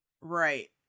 Right